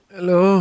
Hello